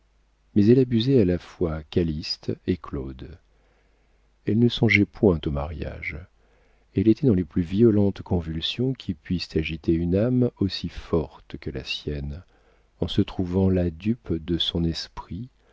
mais elle abusait à la fois calyste et claude elle ne songeait point au mariage elle était dans les plus violentes convulsions qui puissent agiter une âme aussi forte que la sienne en se trouvant la dupe de son esprit